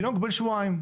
תינוק בן שבועיים,